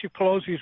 Pelosi's